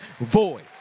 void